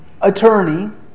attorney